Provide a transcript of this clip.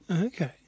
Okay